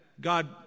God